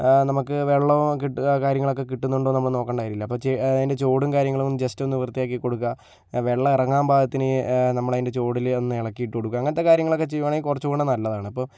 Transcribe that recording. നമുക്ക് വെള്ളവും കിട്ടുക കാര്യങ്ങളൊക്കെ കിട്ടുന്നുണ്ടോ നമ്മള് നോക്കേണ്ട കാര്യമില്ല അപ്പോൾ അത് അതിൻ്റെ ചുവടും കാര്യങ്ങളും ജസ്റ്റ് ഒന്ന് വൃത്തിയാക്കി കൊടുക്കുക വെള്ളം ഇറങ്ങാൻ പാകത്തിന് നമ്മള് അതിൻ്റെ ചുവട്ടില് ഒന്ന് ഇളക്കിയിട്ട് കൊടുക്കുക അങ്ങനത്തെ കാര്യങ്ങളൊക്കെ ചെയ്യുകയാണെങ്കിൽ കുറച്ചു കൂടി നല്ലതാണ് ഇപ്പോൾ